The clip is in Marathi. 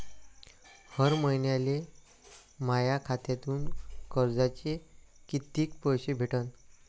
हर महिन्याले माह्या खात्यातून कर्जाचे कितीक पैसे कटन?